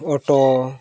auto